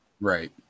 Right